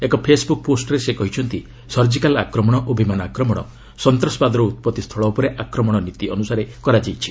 ଏକ ଫେସ୍ବରକ୍ ପୋଷ୍ଟରେ ସେ କହିଛନ୍ତି ସର୍ଜିକାଲ୍ ଆକ୍ରମଣ ଓ ବିମାନ ଆକ୍ରମଣ ସନ୍ତାସବାଦର ଉତ୍ପତ୍ତି ସ୍ଥଳ ଉପରେ ଆକ୍ରମଣ ନୀତି ଅନୁସାରେ କରାଯାଇଛି